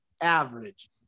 average